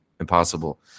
impossible